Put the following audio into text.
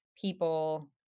people